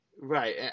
Right